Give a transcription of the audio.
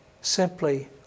Simply